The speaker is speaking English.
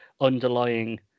underlying